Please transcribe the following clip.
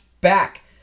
back